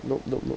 nope nope nope